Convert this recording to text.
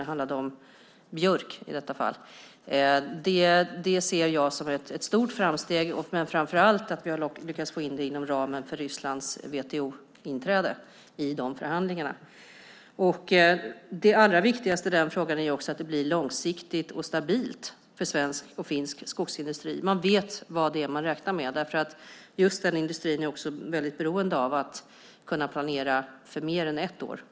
Det handlade i detta fall om björk. Det ser jag som ett stort framsteg, framför allt att vi har lyckats få in det inom ramen för Rysslands inträde i WTO-förhandlingarna. Det allra viktigaste i den frågan är att det blir långsiktigt och stabilt för svensk och finsk skogsindustri, att man vet vad man räknar med. Just den industrin är beroende av att kunna planera för mer än ett år.